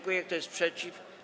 Kto jest przeciw?